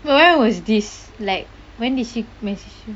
where was this like when did she message you